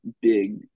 big